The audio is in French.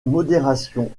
modération